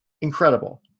Incredible